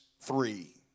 three